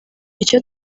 icyo